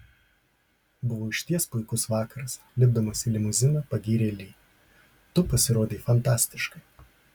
buvo išties puikus vakaras lipdamas į limuziną pagyrė li tu pasirodei fantastiškai